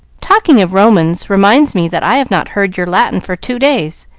talking of romans reminds me that i have not heard your latin for two days.